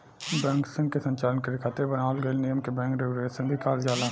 बैंकसन के संचालन करे खातिर बनावल गइल नियम के बैंक रेगुलेशन भी कहल जाला